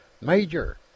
Major